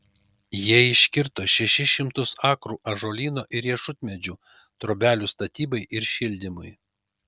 jie iškirto šešis šimtus akrų ąžuolyno ir riešutmedžių trobelių statybai ir šildymui